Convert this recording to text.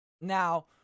Now